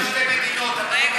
אתה לא מתחבר לזה.